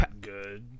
good